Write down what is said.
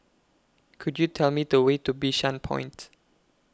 Could YOU Tell Me The Way to Bishan Point